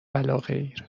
ولاغیر